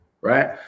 right